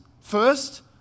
First